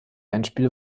endspiele